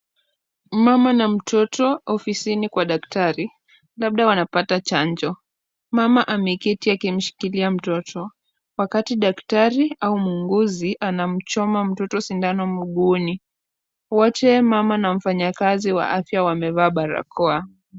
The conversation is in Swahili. Mama na mtoto ofisini kwa daktari, labda wanapata chanjo. Mama ameketi akimshikilia mtoto, wakati daktari au muuguzi anamchoma mtoto sindano mguuni. Wote mama na mfanyakazi wa afya wamevaa barakoa.